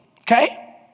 okay